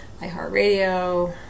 iHeartRadio